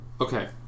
Okay